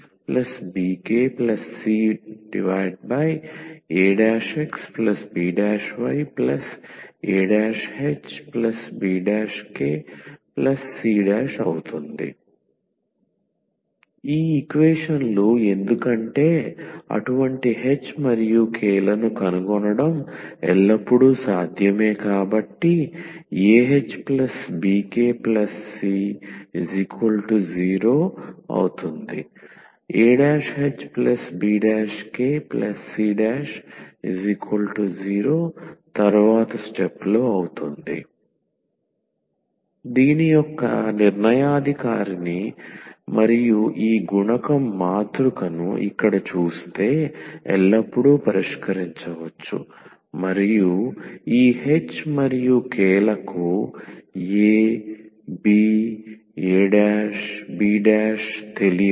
dYdXaXbYahbkcaXbYahbkc ఈ equation లు ఎందుకంటే అటువంటి h మరియు k లను కనుగొనడం ఎల్లప్పుడూ సాధ్యమే కాబట్టి 𝑎ℎ 𝑏𝑘 𝑐 0 𝑎′ℎ 𝑏′𝑘 𝑐′ 0 దీని యొక్క నిర్ణయాధికారిని మరియు ఈ గుణకం మాతృకను ఇక్కడ చూస్తే ఎల్లప్పుడూ పరిష్కరించవచ్చు మరియు ఈ h మరియు k లకు a b 𝑎' 𝑏' తెలియదు